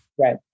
Right